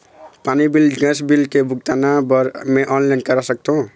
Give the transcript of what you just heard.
पानी bill gas bill के भुगतान का मैं ऑनलाइन करा सकथों?